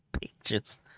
pictures